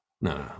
No